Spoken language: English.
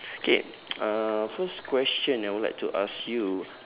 okay uh first question I would like to ask you